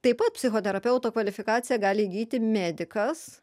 taip pat psichoterapeuto kvalifikaciją gali įgyti medikas